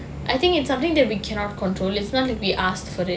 I think it's something that we cannot control is not that we asked for it